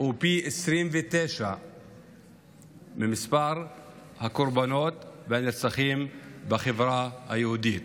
הוא פי 29 ממספר הקורבנות והנרצחים בחברה היהודית,